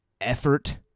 effort